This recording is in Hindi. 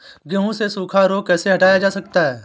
गेहूँ से सूखा रोग कैसे हटाया जा सकता है?